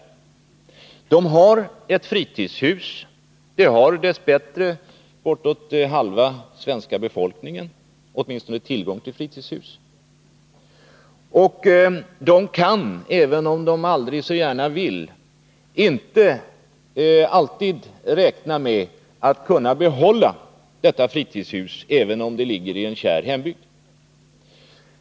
De har ett fritidshus — det har dess bättre bortåt halva svenska befolkningen, åtminstone tillgång till fritidshus — och de kan inte alltid, även om de aldrig så gärna vill, räkna med att kunna behålla detta fritidshus — även om det ligger i en kär hembygd.